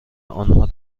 آنها